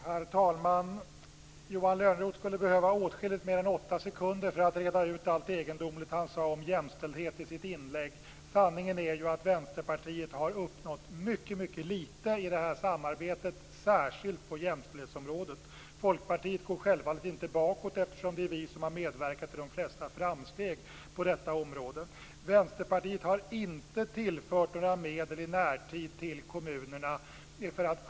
Herr talman! Johan Lönnroth skulle behöva åtskilligt mer än åtta sekunder för att reda ut allt egendomligt han sade om jämställdhet i sitt inlägg. Sanningen är att Vänsterpartiet har uppnått mycket litet i det här samarbetet, särskilt på jämställdhetsområdet. Folkpartiet går självfallet inte bakåt, eftersom det är vi som har medverkat till de flesta framstegen på detta område. Vänsterpartiet har i närtid inte tillfört kommunerna några medel.